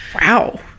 Wow